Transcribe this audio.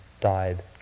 died